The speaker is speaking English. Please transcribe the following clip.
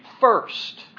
first